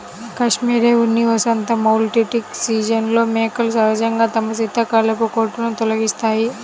cashmere ఉన్ని వసంత moulting సీజన్లో మేకలు సహజంగా తమ శీతాకాలపు కోటును తొలగిస్తాయి